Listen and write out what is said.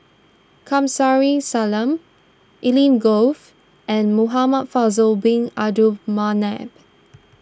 Kamsari Salam Evelyn Gove and Muhamad Faisal Bin Abdul Manap